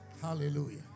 hallelujah